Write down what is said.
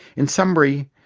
in summary,